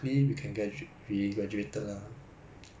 okay lah from poly to uni the transition is quite